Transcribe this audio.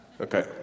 okay